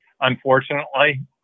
unfortunately